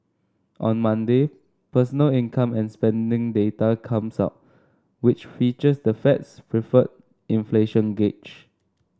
on Monday personal income and spending data comes up which features the Fed's preferred inflation gauge